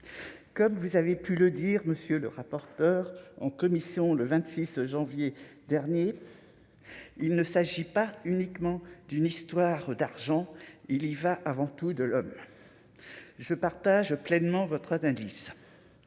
comme vous avez pu le dire monsieur le rapporteur en commission le 26 janvier dernier : il ne s'agit pas uniquement d'une histoire d'argent, il y va avant tout de l'homme, je partage pleinement votre d'indice